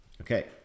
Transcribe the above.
Okay